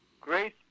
grace